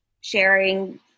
sharing